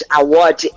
award